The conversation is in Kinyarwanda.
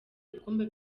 ibikombe